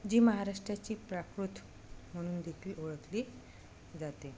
जी महाराष्ट्राची प्राकृत म्हणून देखील ओळखली जाते